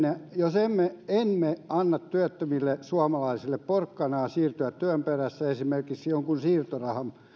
jos emme emme anna työttömille suomalaisille porkkanaa siirtyä työn perässä esimerkiksi jonkun siirtorahan